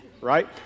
right